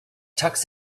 tux